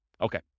Okay